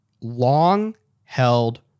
long-held